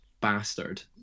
bastard